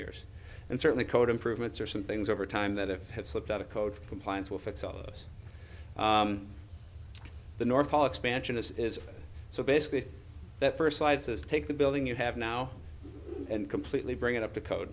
years and certainly code improvements or some things over time that have had slipped out of code compliance will fix all of us the north pole expansion this is so basically the first side says take the building you have now and completely bring it up to code